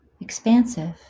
expansive